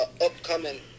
upcoming